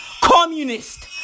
communist